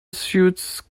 suits